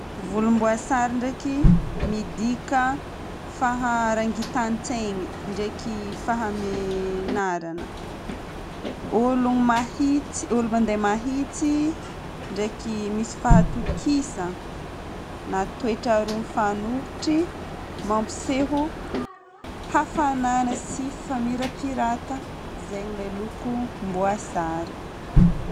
Volomboasary ndraiky midika faharangitan-tsaigny, ndraiky fahamenaragna. Olo mahitsy- olo mandeha mahitsy ndraiky misy fahatokisa na toetra roa mifanohitry mampiseho hafagnana sy famirapirata. Zegny ilay lokom-boasary.